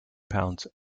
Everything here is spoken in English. pounds